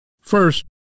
First